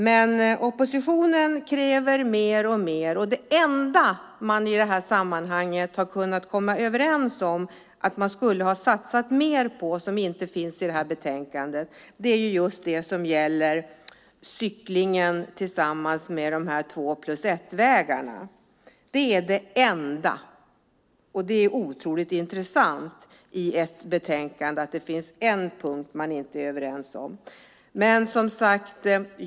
Men oppositionen kräver mer och mer, och det enda som man har kunnat komma överens om att man skulle ha satsat mer på och som inte finns i det här betänkandet är just det som gäller cyklingen tillsammans med två-plus-ett-vägarna. Det är det enda, och det är otroligt intressant att det i ett betänkande finns en punkt som man inte är överens om.